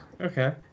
Okay